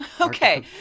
Okay